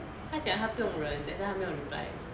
他讲他不用人 that's why 他没有 reply